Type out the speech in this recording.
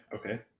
okay